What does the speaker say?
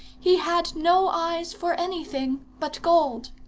he had no eyes for anything but gold.